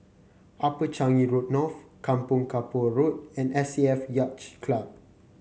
Upper Changi Road North Kampong Kapor Road and S A F Yacht Club